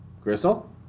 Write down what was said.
Crystal